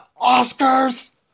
Oscars